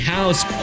House